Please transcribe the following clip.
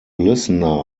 listener